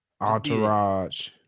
entourage